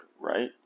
right